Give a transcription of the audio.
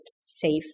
safe